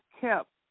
kept